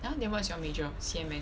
!huh! then what's your major C_N_M